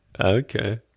Okay